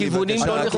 תן לי, בבקשה.